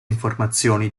informazioni